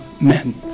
men